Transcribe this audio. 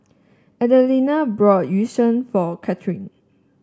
Adelina bought Yu Sheng for Kathryn